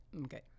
Okay